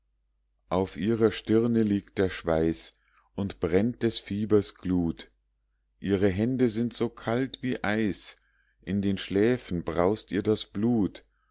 auf ihrer stirne liegt der schweiß und brennt des fiebers glut ihre hände sind so kalt wie eis in den schläfen braust ihr das blut